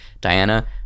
Diana